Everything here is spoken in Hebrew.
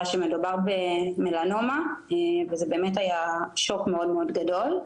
שמדובר במלנומה וזה היה שוק מאוד מאוד גדול,